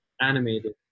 animated